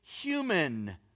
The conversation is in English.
human